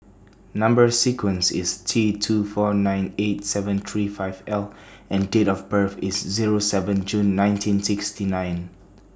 Number sequence IS T two four nine eight seven three five L and Date of birth IS Zero seven June nineteen sixty nine